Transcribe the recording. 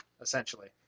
essentially